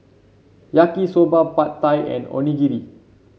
Yaki Soba Pad Thai and Onigiri